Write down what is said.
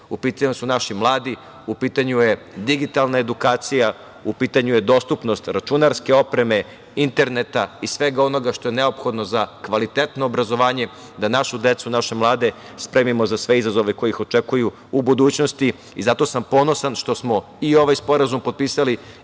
U pitanju su naši mladi, u pitanju je digitalna edukacija, u pitanju je dostupnost računarske opreme, interneta i svega onoga što je neophodno za kvalitetno obrazovanje, da našu decu, da naše mlade spremimo za sve izazove koji ih očekuju u budućnosti. Zato sam ponosan što smo i ovaj sporazum potpisali